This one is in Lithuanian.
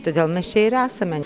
todėl mes čia ir esame